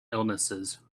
illnesses